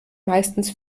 meistens